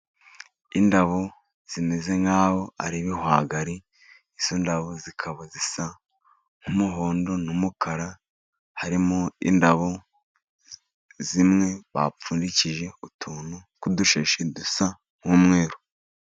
Indabo zimeze nk'aho ari ibihwagari, izo ndabo zikaba zisa nk'umuhondo n'umukara, harimo indabo zimwe bapfundikije utuntu tw'udushashi, dusa nk'umweru.